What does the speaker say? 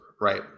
right